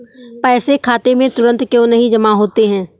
पैसे खाते में तुरंत क्यो नहीं जमा होते हैं?